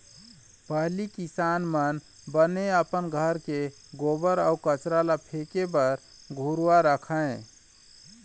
पहिली किसान मन बने अपन घर के गोबर अउ कचरा ल फेके बर घुरूवा रखय